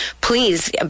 please